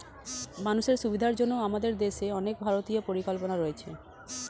মানুষের সুবিধার জন্য আমাদের দেশে অনেক ভারতীয় পরিকল্পনা রয়েছে